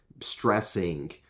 stressing